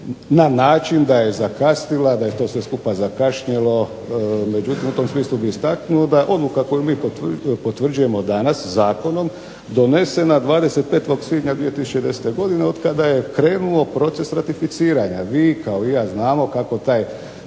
na način da je zakasnila, da je to sve skupa zakašnjelo. Međutim, u tom smislu bih istaknuo da odluka koju mi potvrđujemo danas zakonom donesena 25. svibnja 2010. godine od kada je krenuo proces ratificiranja. Vi kao i ja znamo kako taj